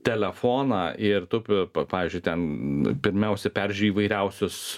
telefoną ir tu p p pavyzdžiui ten pirmiausia peržiūri įvairiausius